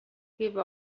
give